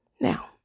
Now